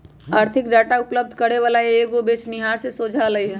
आर्थिक डाटा उपलब्ध करे वला कएगो बेचनिहार से सोझा अलई ह